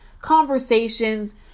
conversations